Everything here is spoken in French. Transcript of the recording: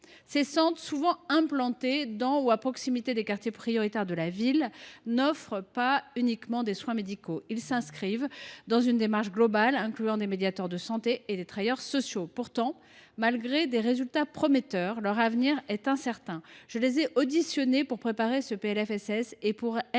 Ces centres, souvent implantés dans ou à proximité des quartiers prioritaires de la politique de la ville, n’offrent pas uniquement des soins médicaux. Ils s’inscrivent dans une démarche globale, incluant des médiateurs de santé et des travailleurs sociaux. Pourtant, malgré des résultats prometteurs, leur avenir est incertain. J’ai auditionné leurs représentants pour